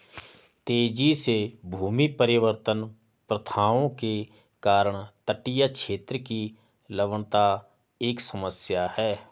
तेजी से भूमि परिवर्तन प्रथाओं के कारण तटीय क्षेत्र की लवणता एक समस्या है